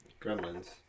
Gremlins